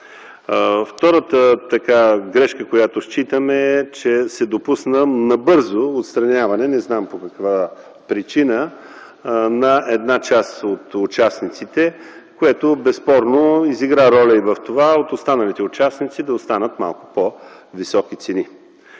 Втората грешка е, че се допусна набързо отстраняване, не знам по каква причина, на една част от участниците, което безспорно изигра роля и в това – от останалите участници да останат малко по-високи цени.